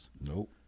Nope